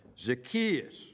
Zacchaeus